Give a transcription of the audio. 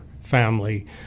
family